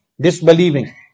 disbelieving